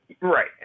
Right